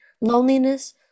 loneliness